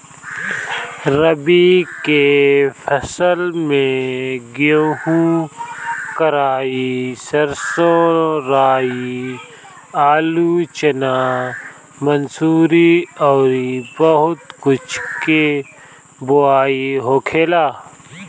रबी के फसल में गेंहू, कराई, सरसों, राई, आलू, चना, मसूरी अउरी बहुत कुछ के बोआई होखेला